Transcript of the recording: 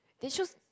they choose